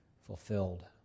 fulfilled